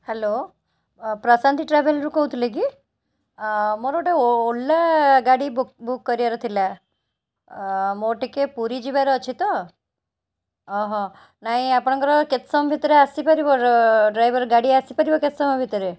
hello Prashanti ଟ୍ରାଭେଲରୁ କହୁଥିଲେ କି ଅଁ ମୋର ଗୋଟେ ଓଲା ଗାଡ଼ି ବୁକ୍ ବୁକ୍ କରିବାର ଥିଲା ଅ ମୋର ଟିକେ ପୁରୀ ଯିବାର ଅଛି ତ ଅ ହ ନାହିଁ ଆପଣଙ୍କର କେତେ ସମୟ ଭିତରେ ଆସିପାରିବ ଡ୍ରାଇଭର ଗାଡ଼ି ଆସିପାରିବ କେତେ ସମୟ ଭିତରେ